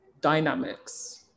dynamics